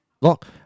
look